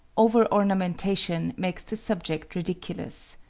over-ornamentation makes the subject ridiculous.